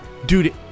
Dude